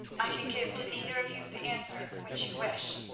i can give to neither of you the answer which you wish.